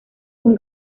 con